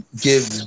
give